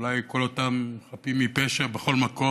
אולי כל אותם חפים מפשע בכל מקום,